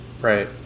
right